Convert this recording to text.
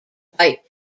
fight